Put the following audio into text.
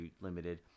Limited